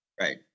Right